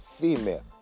female